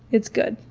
it's good,